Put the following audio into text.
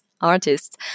artists